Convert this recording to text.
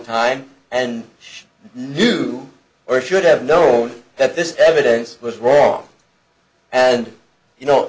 time and knew or should have known that this evidence was wrong and you know